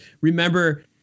remember